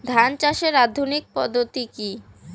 ধান চাষের আধুনিক পদ্ধতি কি?